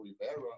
Rivera